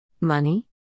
Money